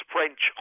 French